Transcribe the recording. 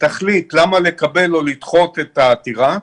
תחליט למה לקבל או לדחות את העתירה,